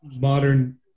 modern